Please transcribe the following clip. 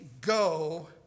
go